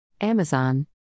Amazon